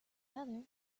feather